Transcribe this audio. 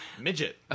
midget